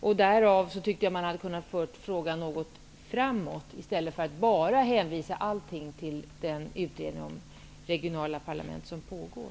Man kunde alltså ha fört frågan framåt i någon mån i stället för att bara hänvisa till den utredning om regionala parlament som pågår.